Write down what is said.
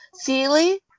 Seeley